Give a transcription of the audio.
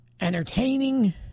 entertaining